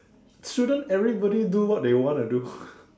shouldn't everybody do what they want to do